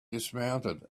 dismounted